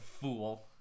fool